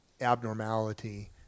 abnormality